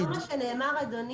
זה לא מה שנאמר, אדוני.